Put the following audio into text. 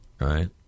right